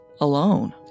alone